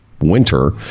winter